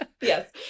Yes